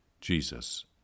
Jesus